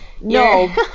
No